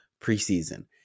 preseason